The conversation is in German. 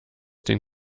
den